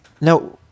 Now